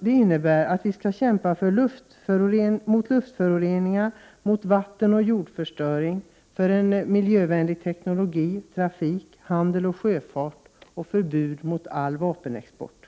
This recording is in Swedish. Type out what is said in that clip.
innebär att vi skall bekämpa luftföroreningar, vattenoch jordförstöring samt verka för miljövänlig teknologi, trafik, handel och sjöfart samt försöka få till stånd ett förbud mot all vapenexport.